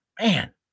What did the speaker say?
man